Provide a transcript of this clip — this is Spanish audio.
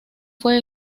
fue